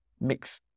mix